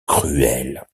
cruel